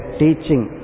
teaching